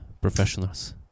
professionals